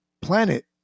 planet